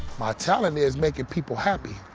my talent is making people happy.